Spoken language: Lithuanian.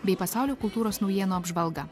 bei pasaulio kultūros naujienų apžvalga